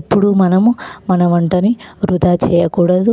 ఎప్పుడు మనం మన వంటని వృధా చెయ్యకూడదు